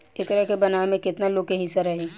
एकरा के बनावे में केतना लोग के हिस्सा रही